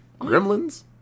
Gremlins